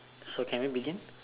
so can we begin